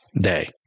day